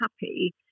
happy